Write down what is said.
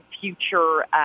future